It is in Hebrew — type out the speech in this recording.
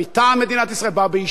באו באישור מדינת ישראל.